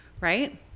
right